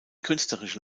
künstlerische